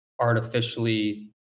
artificially